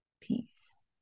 Peace